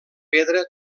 pedra